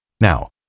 Now